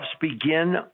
begin